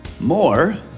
more